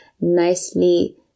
nicely